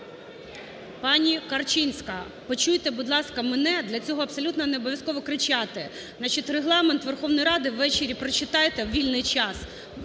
Пані Корчинська, почуйте, будь ласка, мене! Для цього абсолютно не обов'язково кричати. Значить, Регламент Верховної Ради – ввечері прочитайте, у вільний час